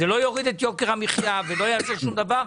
זה לא יוריד את יוקר המחיה ולא יעשה שום דבר,